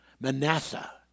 Manasseh